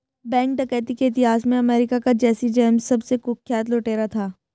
bank डकैती के इतिहास में अमेरिका का जैसी जेम्स सबसे कुख्यात लुटेरा था